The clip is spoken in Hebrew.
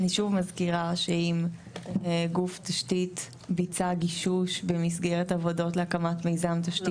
אני שוב מזכירה שאם גוף תשתית ביצע גישוש במסגרת עבודות להקמת תשתית,